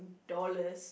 dollars